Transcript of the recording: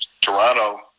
Toronto